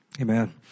Amen